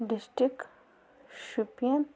district Shopian